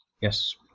Yes